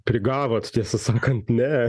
prigavot tiesą sakant ne